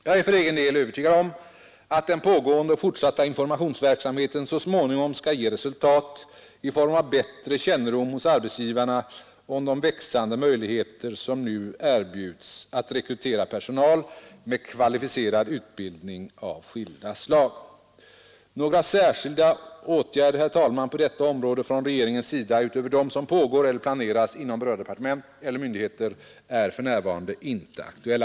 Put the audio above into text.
Jag är för egen del övertygad om att den pågående och fortsatta informationsverksamheten så småningom skall ge resultat i form av bättre kännedom hos arbetsgivarna om de växande möjligheter som nu erbjuds att rekrytera personal med kvalificerad utbildning av skilda slag. Några särskilda åtgärder på detta område från regeringens sida, utöver dem som pågår eller planeras inom berörda departement och myndigheter, är för närvarande inte aktuella.